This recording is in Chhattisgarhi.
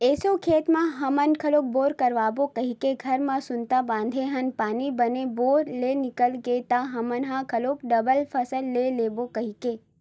एसो खेत म हमन ह घलोक बोर करवाबो कहिके घर म सुनता बांधे हन पानी बने बोर ले निकल गे त हमन ह घलोक डबल फसल ले लेबो कहिके